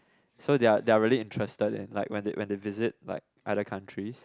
so they are they are really interested in like when they when they visit like other countries